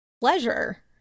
pleasure